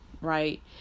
right